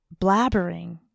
blabbering